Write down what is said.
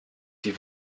die